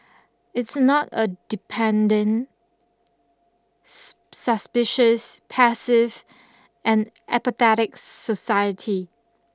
it's not a dependent suspicious passive and apathetic society